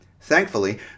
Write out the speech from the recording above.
Thankfully